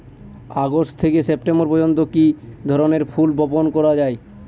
August থেকে September পর্যন্ত কি ধরনের ফুল বপন করা যায়?